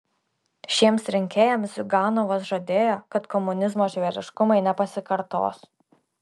šiems rinkėjams ziuganovas žadėjo kad komunizmo žvėriškumai nepasikartos